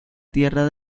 tierra